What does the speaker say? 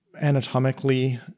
anatomically